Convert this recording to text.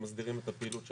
שמסדירים את הפעילות שלה,